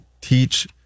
teach